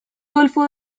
golfo